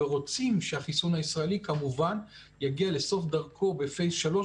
ורוצים שהחיסון הישראלי יגיע לסוף דרכו בשלב 3,